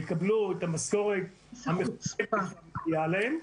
יקבלו את המשכורת שמגיעה להם,